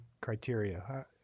criteria